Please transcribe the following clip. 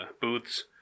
booths